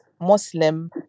Muslim